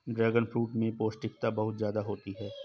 dragon fruit में पौष्टिकता बहुत ज्यादा होती है